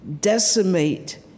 decimate